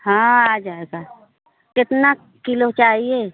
हाँ आ जाएगा कितना किलो चाहिए